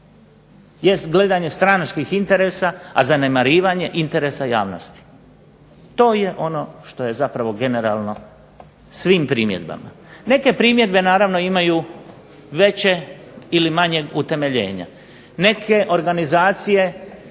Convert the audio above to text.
jest gledanje stranačkih interesa, a zanemarivanje interesa javnosti. To je ono što je zapravo generalno svim primjedbama. Neke primjedbe naravno imaju većeg ili manjeg utemeljenja, neke organizacije